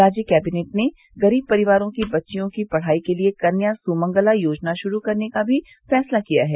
राज्य कैंबिनेट ने गरीब परिवारों की बच्चियों की पढ़ाई के लिए कन्या सुमंगला योजना शुरू करने का फैंसला भी किया है